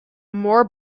more